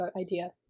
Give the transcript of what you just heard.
idea